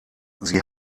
sie